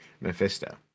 Mephisto